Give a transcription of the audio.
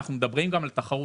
אנחנו מדברים גם על תחרות,